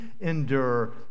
endure